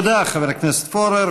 תודה, חבר הכנסת פורר.